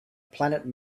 planet